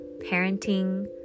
parenting